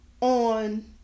on